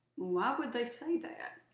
why would they see that?